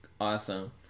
Awesome